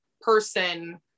person